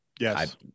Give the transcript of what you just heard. Yes